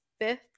fifth